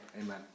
amen